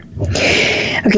Okay